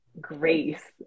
grace